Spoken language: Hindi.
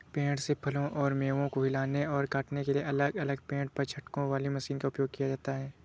पेड़ से फलों और मेवों को हिलाने और काटने के लिए अलग अलग पेड़ पर झटकों वाली मशीनों का उपयोग किया जाता है